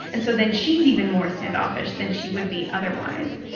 and so then she's even more standoffish than she would be otherwise.